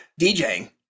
DJing